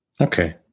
Okay